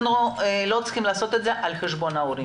אנחנו לא צריכים לעשות את זה על חשבון ההורים.